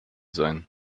sein